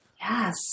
Yes